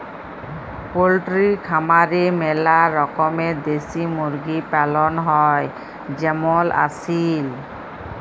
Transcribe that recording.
poultry খামারে ম্যালা রকমের দেশি মুরগি পালন হ্যয় যেমল আসিল